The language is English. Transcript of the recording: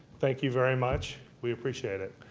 thank you very much. we appreciate it.